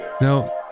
Now